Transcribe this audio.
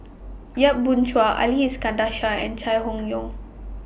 Yap Boon Chuan Ali Iskandar Shah and Chai Hon Yoong